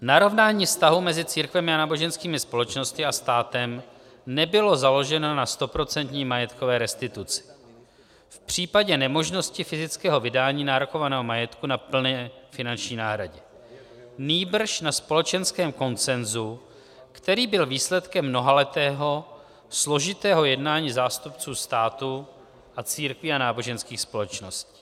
Narovnání vztahu mezi církvemi a náboženskými společnostmi a státem nebylo založeno na stoprocentní majetkové restituci, v případě nemožnosti fyzického vydání nárokovaného majetku na plné finanční náhradě, nýbrž na společenském konsenzu, který byl výsledkem mnohaletého složitého jednání zástupců státu a církví a náboženských společností.